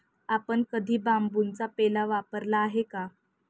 आपण कधी बांबूचा पेला वापरला आहे का?